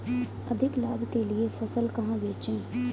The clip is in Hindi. अधिक लाभ के लिए फसल कहाँ बेचें?